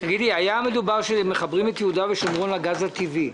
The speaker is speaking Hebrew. דובר על חיבור של יהודה ושומרון לגז הטבעי.